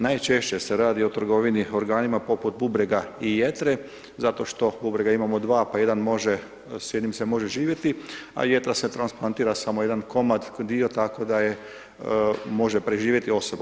Najčešće se radi o trgovini organima poput bubrega i jetre zato što bubrega imamo dva, pa jedan može, s jednim se može živjeti, a jetra se transplantira samo jedan komad, dio, tako da je, može preživjeti osoba.